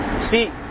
see